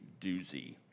doozy